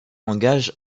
engage